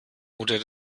mutter